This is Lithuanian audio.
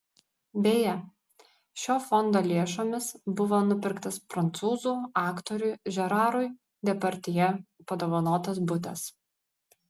beje šio fondo lėšomis buvo nupirktas prancūzų aktoriui žerarui depardjė padovanotas butas